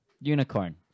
Unicorn